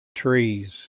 trees